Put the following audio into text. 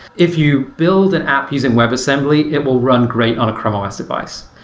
if you build an app using webassembly, it will run great on a chrome os device.